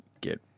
get